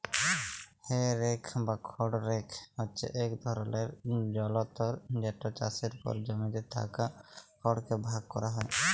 হে rake বা খড় rake হছে ইক ধরলের যলতর যেট চাষের পর জমিতে থ্যাকা খড়কে ভাগ ক্যরা হ্যয়